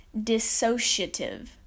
dissociative